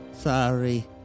Sorry